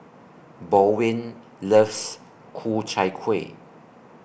Baldwin loves Ku Chai Kueh